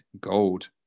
gold